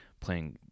playing